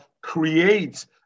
creates